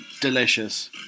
delicious